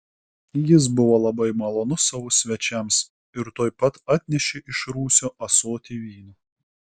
jis buvo labai malonus savo svečiams ir tuoj pat atnešė iš rūsio ąsotį vyno